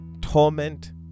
torment